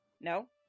no